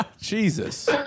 Jesus